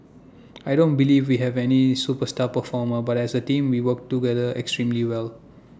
I don't believe we have any superstar performer but as A team we work together extremely well